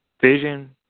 vision